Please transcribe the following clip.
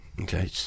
okay